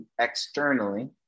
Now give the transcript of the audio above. externally